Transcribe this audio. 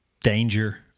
danger